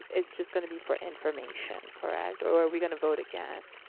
it's just gonna be for information, correct? or are we gonna vote again?